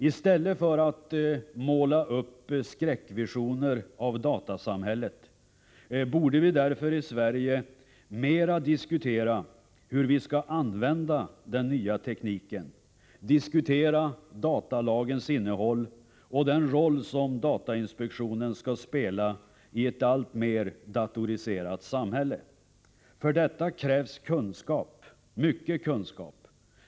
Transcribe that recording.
I stället för att måla upp skräckvisioner av datasamhället borde vi i Sverige mera diskutera hur vi skall använda den nya tekniken, datalagens innehåll och den roll som datainspektionen skall spela i ett alltmer datoriserat samhälle. För detta krävs kunskap, mycket kunskap.